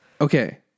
Okay